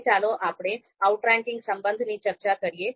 હવે ચાલો આપણે આઉટરેન્કિંગ સંબંધની ચર્ચા કરીએ